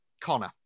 Connor